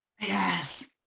yes